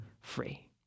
free